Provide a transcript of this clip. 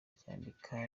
ryandika